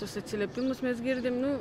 tuos atsiliepimus mes girdim nu